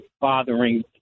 Bothering